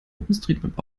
openstreetmap